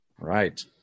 right